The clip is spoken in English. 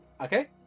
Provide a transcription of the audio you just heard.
Okay